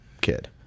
kid